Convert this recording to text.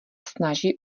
snaží